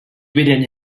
within